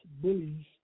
bullies